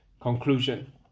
Conclusion